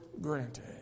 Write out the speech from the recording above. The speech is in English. granted